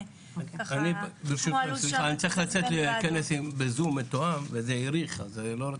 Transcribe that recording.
אני צריך לצאת לכנס בזום מתואם וזה האריך אז לא רציתי,